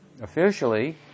officially